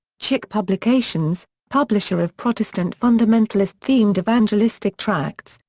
chick publications, publisher of protestant fundamentalist themed evangelistic tracts,